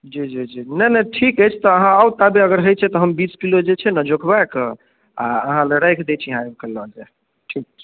जी जी जी नहि नहि ठीक अछि तऽ आहाँ आउ ताबे अगर होइ छै तऽ हम बीसकिलो जे छै ने जोखबाए कऽ आ अहाँ लए राखि दै छी आहाँ आबि कऽ लऽ जायब ठीक छै